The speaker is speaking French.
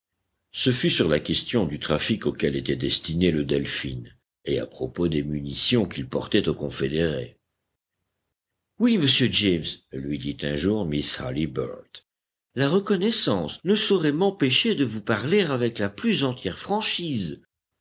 ce fut sur la question du trafic auquel était destiné le delphin et à propos des munitions qu'il portait aux confédérés oui monsieur james lui dit un jour miss halliburtt la reconnaissance ne saurait m'empêcher de vous parler avec la plus entière franchise